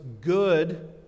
good